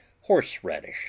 horseradish